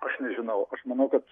aš nežinau aš manau kad